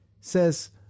says